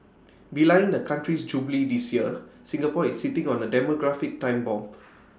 belying the country's jubilee this year Singapore is sitting on A demographic time bomb